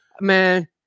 Man